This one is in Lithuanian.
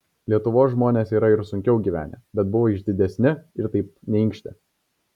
lietuvos žmonės yra ir sunkiau gyvenę bet buvo išdidesni ir taip neinkštė